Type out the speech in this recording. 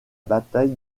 bataille